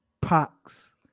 pox